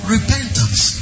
Repentance